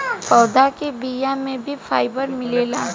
पौधा के बिया में भी फाइबर मिलेला